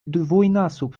dwójnasób